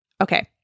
Okay